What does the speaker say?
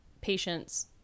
patients